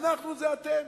"אנחנו" זה אתם.